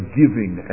giving